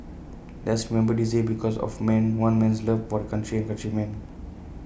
let's remember day the because of man one man's love for the country and countrymen